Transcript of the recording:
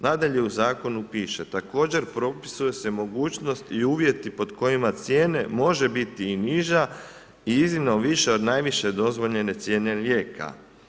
Nadalje u zakonu piše, također propisuje se mogućnost i uvjeti pod kojima cijene može biti i niža i iznimno viša od najviše dozvoljene cijene lijeka.